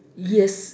yes